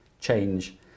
change